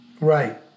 Right